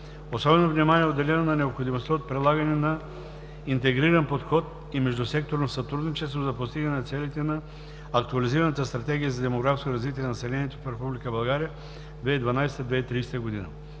Особено внимание е отделено на необходимостта от прилагане на интегриран подход и междусекторно сътрудничество за постигане на целите на Актуализираната стратегия за демографско развитие на населението в Република България 2012 – 2030 г.“